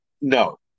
No